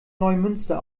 neumünster